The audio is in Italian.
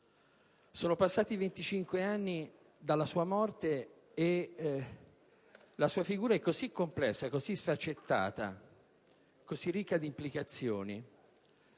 Sono passati 25 anni dalla sua morte e la sua figura è così complessa, sfaccettata e ricca di implicazioni